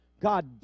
God